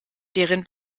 deren